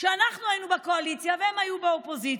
שבה אנחנו היינו בקואליציה והם היו באופוזיציה.